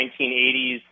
1980s